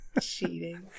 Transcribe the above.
Cheating